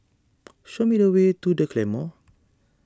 show me the way to the Claymore